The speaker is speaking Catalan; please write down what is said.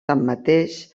tanmateix